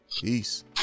Peace